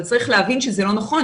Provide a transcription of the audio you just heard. אבל צריך להבין שזה לא נכון,